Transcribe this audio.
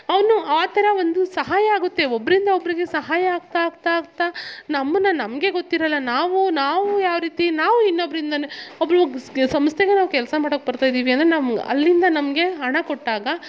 ಅವನು ಆ ಥರ ಒಂದು ಸಹಾಯ ಆಗುತ್ತೆ ಒಬ್ಬರಿಂದ ಒಬ್ಬರಿಗೆ ಸಹಾಯ ಆಗ್ತ ಆಗ್ತ ಆಗ್ತ ನಮ್ಮನ್ನು ನಮಗೆ ಗೊತ್ತಿರೋಲ್ಲ ನಾವು ನಾವು ಯಾವ ರೀತಿ ನಾವು ಇನ್ನೊಬ್ಬರಿಂದನೆ ಒಬ್ರ್ಗೆ ಸಂಸ್ಥೆಗೆ ನಾವು ಕೆಲಸ ಮಾಡಕ್ಕೆ ಬರ್ತಾಯಿದೀವಿ ಅಂದರೆ ನಮ್ಗೆ ಅಲ್ಲಿಂದ ನಮಗೆ ಹಣ ಕೊಟ್ಟಾಗ